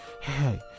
Hey